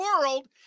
world